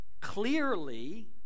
clearly